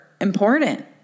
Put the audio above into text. important